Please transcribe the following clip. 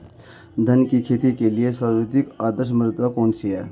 धान की खेती के लिए सर्वाधिक आदर्श मृदा कौन सी है?